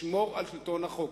לשמור על שלטון החוק.